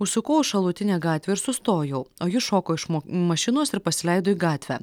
užsukau į šalutinę gatvę ir sustojau o jis šoko iš mašinos ir pasileido į gatvę